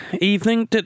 evening